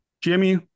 Jimmy